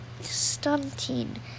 stunting